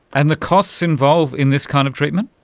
and the costs involved in this kind of treatment?